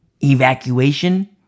evacuation